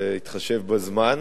בהתחשב בזמן.